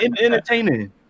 entertaining